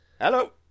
Hello